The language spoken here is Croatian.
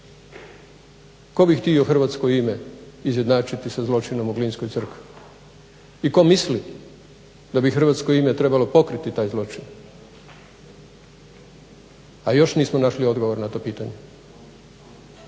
Tko bi htio hrvatsko ime izjednačiti sa zločinom u glinskoj crkvi? I tko misli da bi hrvatsko ime trebalo pokriti taj zločin? A još nismo našli odgovor na to pitanje.